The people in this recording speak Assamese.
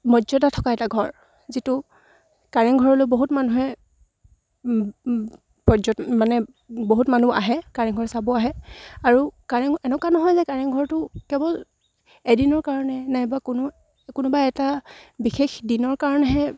মৰ্যদা থকা এটা ঘৰ যিটো কাৰেংঘৰলৈ বহুত মানুহে পৰ্যট মানে বহুত মানুহ আহে কাৰেংঘৰ চাব আহে আৰু কাৰেংঘৰ এনেকুৱা নহয় যে কাৰেংঘৰটো কেৱল এদিনৰ কাৰণে নাইবা কোনো কোনোবা এটা বিশেষ দিনৰ কাৰণেহে